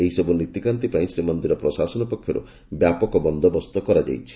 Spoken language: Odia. ଏହିସବୁ ନୀତିକାନ୍ତୀ ପାଇଁ ଶ୍ରୀମନ୍ଦିର ପ୍ରଶାସନ ପକ୍ଷରୁ ବ୍ୟାପକ ବନ୍ଦୋବସ୍ତ କରାଯାଇଛି